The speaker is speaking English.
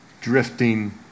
drifting